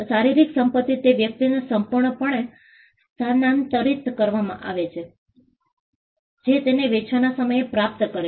શારીરિક સંપત્તિ તે વ્યક્તિને સંપૂર્ણપણે સ્થાનાંતરિત કરવામાં આવે છે જે તેને વેચવાના સમયે પ્રાપ્ત કરે છે